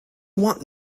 want